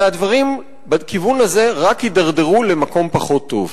הרי הדברים בכיוון הזה רק יידרדרו למקום פחות טוב.